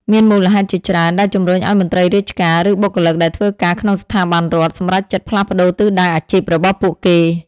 មានមូលហេតុជាច្រើន ដែលជំរុញឱ្យមន្ត្រីរាជការ ឬបុគ្គលិកដែលធ្វើការក្នុងស្ថាប័នរដ្ឋ សម្រេចចិត្តផ្លាស់ប្តូរទិសដៅអាជីពរបស់ពួកគេ។